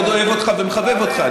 אני מאוד אוהב אותך ומחבב אותך.